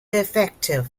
effective